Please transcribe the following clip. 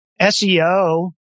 SEO